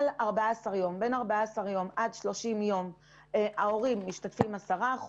בין 14 30 ימים ההורים משתתפים ב-10%,